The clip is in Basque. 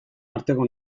arteko